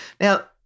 Now